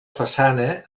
façana